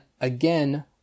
again